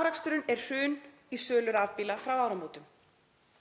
Afraksturinn er hrun í sölu rafbíla frá áramótum.